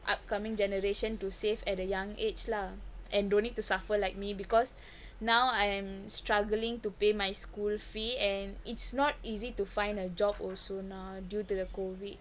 upcoming generation to save at a young age lah and don't need to suffer like me because now I am struggling to pay my school fee and it's not easy to find a job also now due to the COVID